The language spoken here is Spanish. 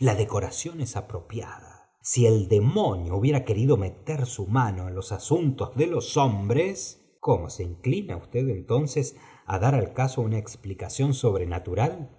la decoración es apropiada si el demonio hubiera querido meter su mano en los asuntos fde loe hombres h se inclina usted entonces á dar a caso una explicación sobrenatural